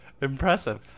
Impressive